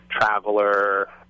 Traveler